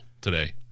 today